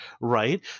right